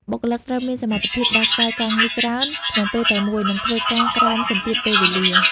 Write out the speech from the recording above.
បុគ្គលិកត្រូវមានសមត្ថភាពដោះស្រាយការងារច្រើនក្នុងពេលតែមួយ និងធ្វើការក្រោមសម្ពាធពេលវេលា។